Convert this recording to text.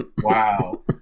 Wow